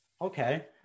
okay